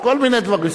וכל מיני דברים.